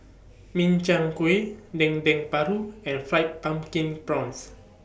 Min Chiang Kueh Dendeng Paru and Fried Pumpkin Prawns